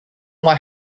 what